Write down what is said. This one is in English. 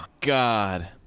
God